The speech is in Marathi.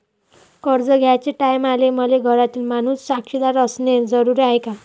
कर्ज घ्याचे टायमाले मले घरातील माणूस साक्षीदार असणे जरुरी हाय का?